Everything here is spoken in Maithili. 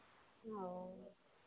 ओ